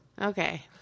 Okay